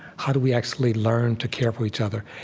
how do we actually learn to care for each other?